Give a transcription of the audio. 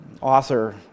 author